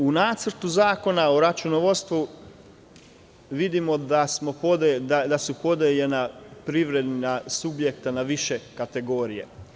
U Nacrtu zakona o računovodstvu vidimo da su podeljeni privredni subjekti na više kategorija.